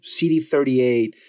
CD38